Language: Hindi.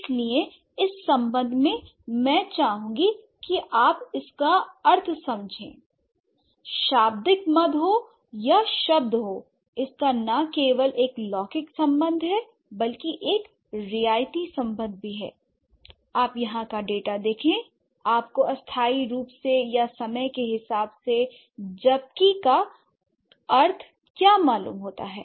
इसलिए इस सम्बंध में मैं चाहूंगी कि आप इसका अर्थ समझें I शाब्दिक मद हो या शब्द हो इसका न केवल एक लौकिक संबंध है बल्कि एक रियायती संबंध भी है आप यहां का डाटा देखें आप को अस्थाई रूप से यl समय के हिसाब से जबकि का अर्थ क्या मालूम होता है